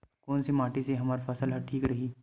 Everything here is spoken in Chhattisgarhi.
कोन से माटी से हमर फसल ह ठीक रही?